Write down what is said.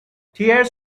tears